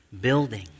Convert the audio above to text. building